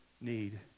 need